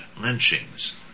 lynchings